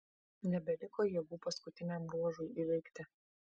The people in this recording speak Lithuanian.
nebeliko jėgų paskutiniam ruožui įveikti